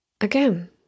Again